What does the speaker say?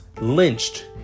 lynched